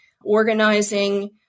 organizing